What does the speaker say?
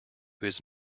his